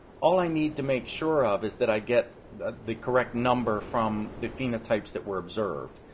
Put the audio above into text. all i need to make sure of is that i get the the correct number from the phenotypes that were observed.